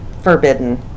forbidden